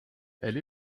elle